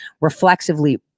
reflexively